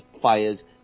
fires